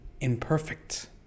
imperfect